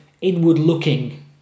inward-looking